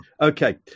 Okay